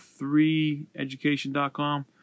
threeeducation.com